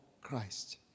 Christ